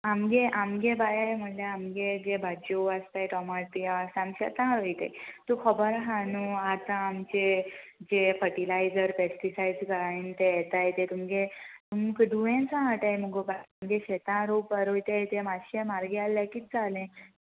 आमगे आमगे बाये म्हणल्यार आमगे जे भाजयो आसताय टोमाटी आसा आमी शेतां रोयताय तूं खबर आहा न्हू आतां आमचे जे फर्टिलायजर पेस्टिसायड्स घायन ते येताय ते तुमगे तुमकां दुयेंसां खाताय मुगो तुमगे शेतां रोवपा रोयताय तें मातशें म्हारगे आहल्यार कितें जालें